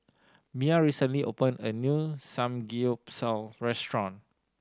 Miah recently opened a new Samgeyopsal restaurant